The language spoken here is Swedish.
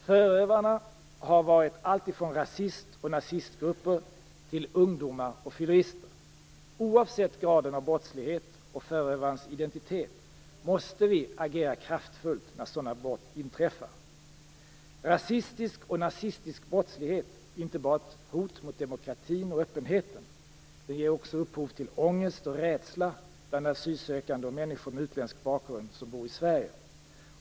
Förövarna har varit allt från rasist och nazistgrupper till ungdomar och fyllerister. Oavsett graden av brottslighet och förövarens identitet måste vi agera kraftfullt när sådana brott inträffar. Rasistisk och nazistisk brottslighet är inte bara ett hot mot demokratin och öppenheten - den ger också upphov till ångest och rädsla bland asylsökande och människor med utländsk bakgrund som bor i Sverige.